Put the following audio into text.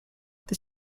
this